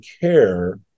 care